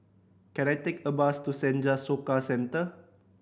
can I take a bus to Senja Soka Centre